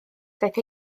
daeth